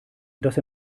dass